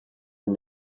and